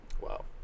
Wow